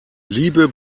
liebe